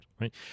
right